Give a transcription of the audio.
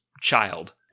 child